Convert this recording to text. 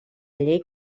llei